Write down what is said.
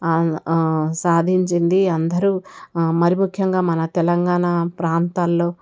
సాధించింది అందరూ మరి ముఖ్యంగా మన తెలంగాణ ప్రాంతాల్లో